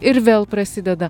ir vėl prasideda